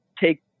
Take